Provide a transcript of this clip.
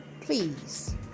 please